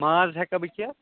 ماز ہیٚکا بہٕ کھیٚتھ